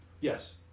Yes